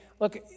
look